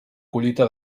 collita